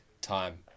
time